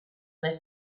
left